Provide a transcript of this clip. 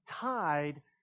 tied